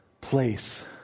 place